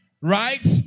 right